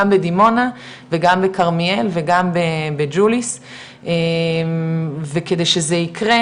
גם בדימונה וגם בכרמיאל וגם בג'וליס וכדי שזה יקרה